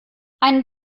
einen